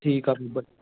ਠੀਕ